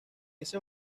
ese